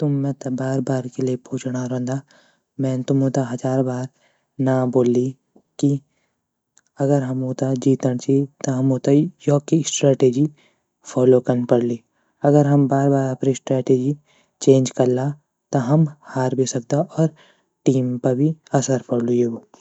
तुम मेता बार बार क़िले पूछणा रौंदा मैन तुमु त हज़ार बार ना ब्वोली की अगर हमु त जीतण ची त हमू त योकि स्ट्रेटेजी फॉलो कन पढ़ली अगर हम बार बार अपरि स्ट्रेटेजी चेंज कला त हम हार भी सकदा और टीम पा भी असर पढ़लू येगु।